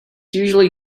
usually